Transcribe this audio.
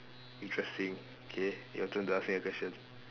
interesting K your turn to ask me a question